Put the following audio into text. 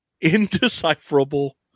Indecipherable